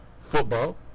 football